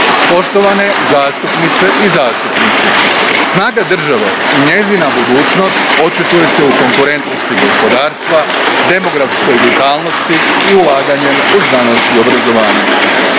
Poštovane zastupnice i zastupnici, snaga države i njezina budućnost očituje se u konkurentnosti gospodarstva, demografskoj vitalnosti i ulaganjem u znanost i obrazovanje.